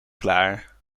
klaar